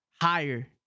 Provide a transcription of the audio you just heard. higher